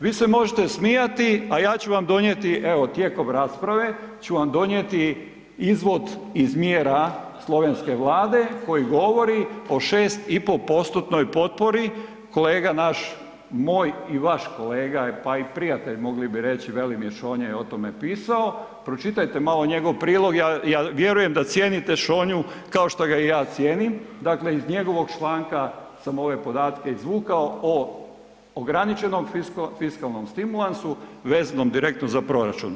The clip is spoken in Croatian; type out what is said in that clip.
Vi se možete smijati a ja ću vam donijeti, evo tijekom rasprave ću vam donijeti izvod iz mjera slovenske vlade koji govori o 6,5%-tnoj potpori, kolega naš, moj i vaš kolega pa i prijatelj mogli bi reći, Velimir Šonje je o tome pisao, pročitajte malo njegov prilog, ja vjerujem da cijenite Šonju kao što ga i ja cijenim, dakle iz njegovog članka sam ove podatke izvukao o ograničenom fiskalnom stimulansu vezanom direktno za proračun.